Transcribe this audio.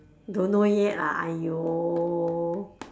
don't know yet ah !aiyo!